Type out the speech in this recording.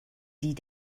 die